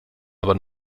aber